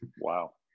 Wow